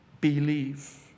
believe